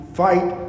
fight